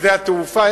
לשדה-התעופה.